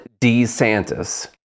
DeSantis